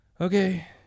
Okay